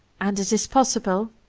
and it is possible.